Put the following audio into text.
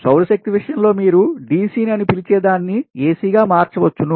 సౌరశక్తి విషయంలో మీరు DC అని పిలిచే దాన్ని AC గా మార్చవచ్చును